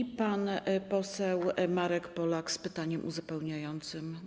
I pan poseł Marek Polak z pytaniem uzupełniającym.